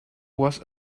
was